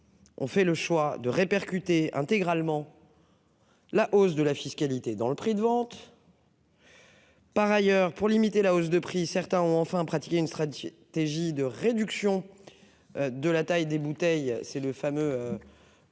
ont fait le choix de répercuter intégralement la hausse de la fiscalité sur le prix de vente. Par ailleurs, pour limiter la hausse de prix, certains ont pratiqué une stratégie de réduction de la taille des bouteilles. Ce fameux